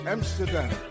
Amsterdam